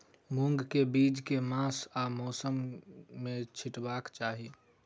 मूंग केँ बीज केँ मास आ मौसम मे छिटबाक चाहि?